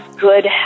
good